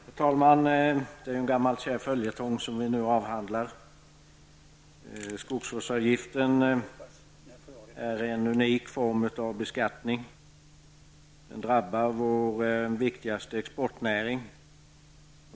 Herr talman! Det är ju en gammal kär följetong som vi nu avhandlar. Skogsvårdsavgiften är en unik form av beskattning. Den drabbar vår viktigaste exportnäring.